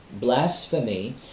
Blasphemy